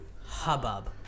hubbub